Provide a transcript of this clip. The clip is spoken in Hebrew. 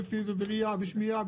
למוגבלויות בראייה ובשמיעה,